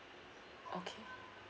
okay